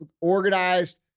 organized